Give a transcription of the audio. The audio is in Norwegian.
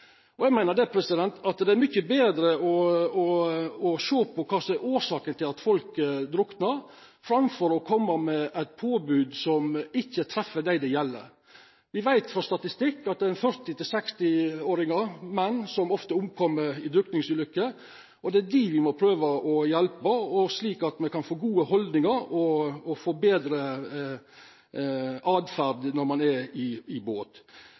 Eg meiner det er mykje betre å sjå på kva årsaka er til at folk druknar framfor å koma med eit påbod som ikkje treff dei det gjeld. Me veit frå statistikken at det er 40–60-årige menn som ofte døyr i drukningsulykker. Det er dei me må prøva å hjelpa, slik at ein kan få gode haldningar og få betre åtferd når ein er i båt. Eg tenkjer at ein må sjå på heilt andre verkemiddel enn det som ligg i